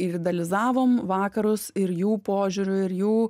idealizavom vakarus ir jų požiūriu ir jų